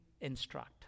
instruct